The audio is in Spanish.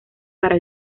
para